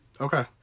Okay